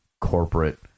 corporate